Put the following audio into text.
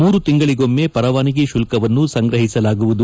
ಮೂರು ತಿಂಗಳಗೊಮ್ಮೆ ಪರವಾನಗಿ ಶುಲ್ಲವನ್ನು ಸಂಗ್ರಹಿಸಲಾಗುವುದು